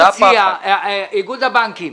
איגוד הבנקים,